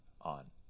on